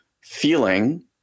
feeling